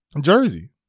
Jersey